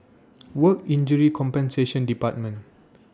Work Injury Compensation department